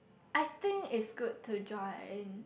I think is good to join